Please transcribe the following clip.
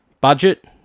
Budget